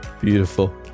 beautiful